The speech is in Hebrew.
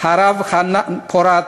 הרב חנן פורת,